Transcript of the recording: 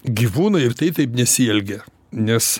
gyvūnai ir taip taip nesielgia nes